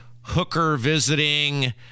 hooker-visiting